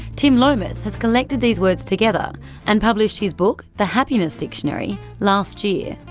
tim lomas has collected these words together and published his book the happiness dictionary last year.